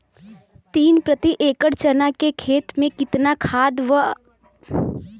तीन प्रति एकड़ चना के खेत मे कितना खाद क आवश्यकता पड़ी?